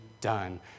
done